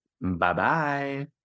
Bye-bye